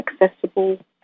accessible